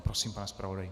Prosím, pane zpravodaji.